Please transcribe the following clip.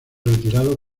retirado